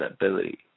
ability